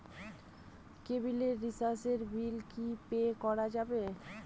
কেবিলের রিচার্জের বিল কি পে করা যাবে?